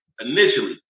initially